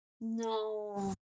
No